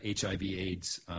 HIV/AIDS